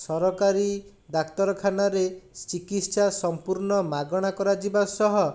ସରକାରୀ ଡାକ୍ତରଖାନାରେ ଚିକିତ୍ସା ସମ୍ପୂର୍ଣ୍ଣ ମାଗଣା କରାଯିବା ସହ